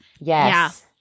Yes